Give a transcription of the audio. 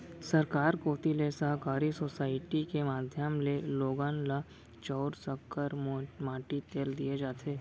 सरकार कोती ले सहकारी सोसाइटी के माध्यम ले लोगन ल चाँउर, सक्कर, माटी तेल दिये जाथे